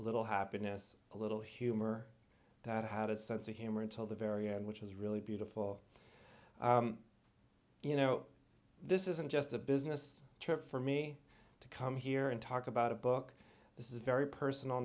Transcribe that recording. little happiness a little humor that had a sense of humor until the very end which is really beautiful you know this isn't just a business trip for me to come here and talk about a book this is very personal